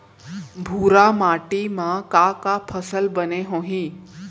भूरा माटी मा का का फसल बने होही?